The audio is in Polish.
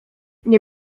nie